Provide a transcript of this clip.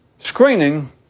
Screening